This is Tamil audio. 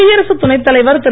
குடியரசுத் துணைத் தலைவர் திரு